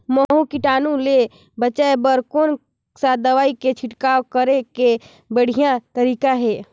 महू कीटाणु ले बचाय बर कोन सा दवाई के छिड़काव करे के बढ़िया तरीका हे?